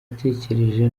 natekereje